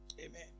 Amen